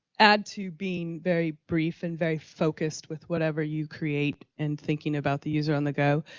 add to being very brief and very focus with whatever you create and thinking about the user on the go,